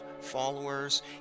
followers